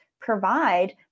provide